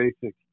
basic